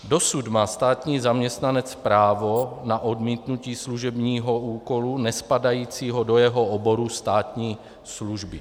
Dosud má státní zaměstnanec právo na odmítnutí služebního úkolu nespadajícího do jeho oboru státní služby.